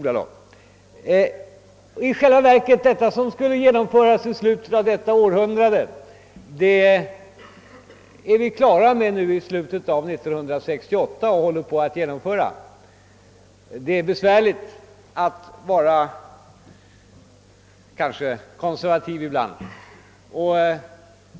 Det som skulle genomföras i slutet av detta århundrade är vi i själva verket klara att genomföra nu i slutet av år 1968. Det är besvärligt att vara konservativ ibland.